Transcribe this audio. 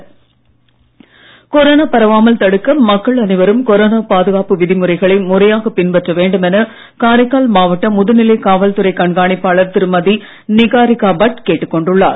Niharika Bhat corona பரவாமல் தடுக்க மக்கள் அனைவரும் கொரோனா பாதுகாப்பு விதிமுறைகளை முழுமையாக பின்பற்ற வேண்டும் என காரைக்கால் மாவட்ட முதுநிலை காவல்துறை கண்காணிப்பாளர் திருமதி நிகாரிகா பட் கேட்டுக் கொண்டுள்ளார்